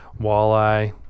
walleye